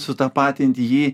sutapatint jį